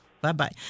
Bye-bye